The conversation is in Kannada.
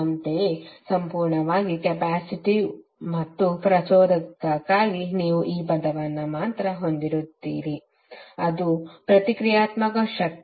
ಅಂತೆಯೇ ಸಂಪೂರ್ಣವಾಗಿ ಕೆಪ್ಯಾಸಿಟಿವ್ ಮತ್ತು ಪ್ರಚೋದಕಕ್ಕಾಗಿ ನೀವು ಈ ಪದವನ್ನು ಮಾತ್ರ ಹೊಂದಿರುತ್ತೀರಿ ಅದು ಪ್ರತಿಕ್ರಿಯಾತ್ಮಕ ಶಕ್ತಿ